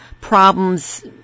problems